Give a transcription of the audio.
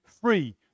free